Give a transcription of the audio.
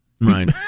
Right